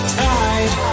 tide